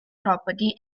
property